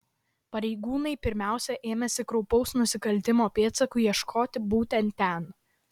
pareigūnai pirmiausia ėmėsi kraupaus nusikaltimo pėdsakų ieškoti būtent ten